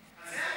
הזה.)